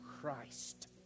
Christ